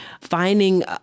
finding